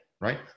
Right